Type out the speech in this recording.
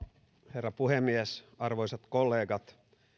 herra puhemies arvoisat kollegat